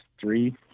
three